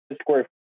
square